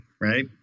right